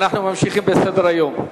ואנחנו ממשיכים בסדר-היום.